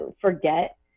forget